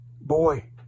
boy